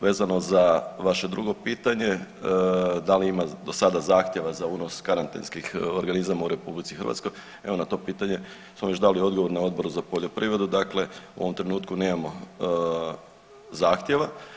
Vezano za vaše drugo pitanje, da li ima do sada zahtjeva za unos karantenskih organizama u RH evo na to pitanje smo još dali odgovor na Odboru za poljoprivredu, dakle u ovom trenutku nemamo zahtjeva.